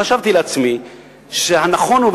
חשבתי לעצמי שהנכון הוא,